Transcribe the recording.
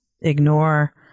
ignore